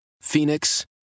Phoenix